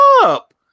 up